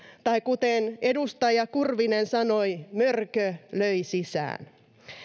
tai kuten edustaja kurvinen sanoi että mörkö löi sisään